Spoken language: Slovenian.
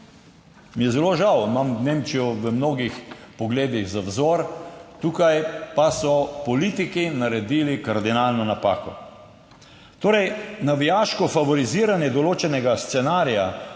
Mi je zelo žal, imam Nemčijo v mnogih pogledih za vzor, tukaj pa so politiki naredili kardinalno napako. Torej, navijaško favoriziranje določenega scenarija